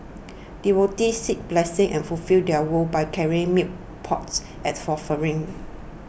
devotees seek blessings and fulfil their vows by carrying milk pots as offerings